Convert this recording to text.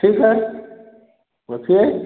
ठीक है रखिए